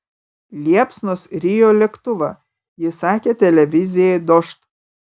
liepsnos rijo lėktuvą ji sakė televizijai dožd